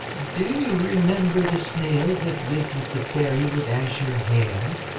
do you remember the snail that lived with the fairy with azure hair?